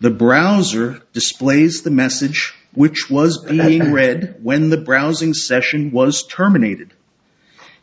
the browser displays the message which was and then read when the browsing session was terminated